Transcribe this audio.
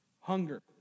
Hunger